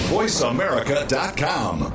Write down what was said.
VoiceAmerica.com